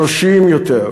אנושיים יותר,